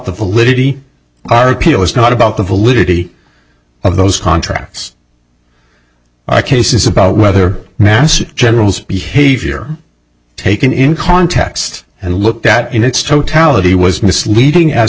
the validity our appeal is not about the validity of those contracts i case is about whether mass general's behavior taken in context and looked at in its totality was misleading as